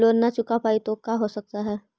Loan न चुका पाई तो का हो सकता है?